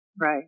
Right